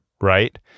right